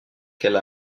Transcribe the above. qu’elle